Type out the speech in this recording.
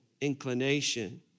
inclination